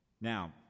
Now